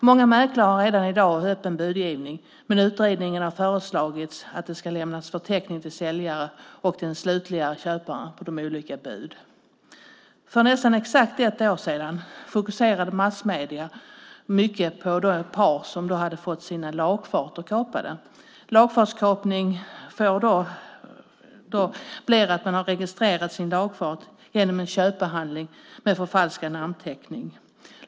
Många mäklare har redan i dag öppen budgivning, men utredningen har föreslagit att det ska lämnas en förteckning av de olika buden till säljaren och den slutliga köparen. För nästan exakt ett år sedan fokuserade massmedierna mycket på ett par som hade fått sina lagfarter kapade. Lagfartskapning innebär att en lagfart registreras genom en köpehandling med förfalskad namnteckning.